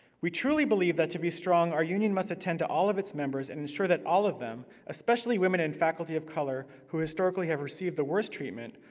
we truly believe that, to be strong, our union must attend to all of its members, and ensure that all of them, especially women and faculty of color, who historically have received the worst treatment,